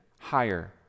higher